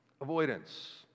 avoidance